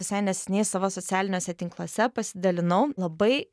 visai neseniai savo socialiniuose tinkluose pasidalinau labai